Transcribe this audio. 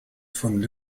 von